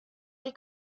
die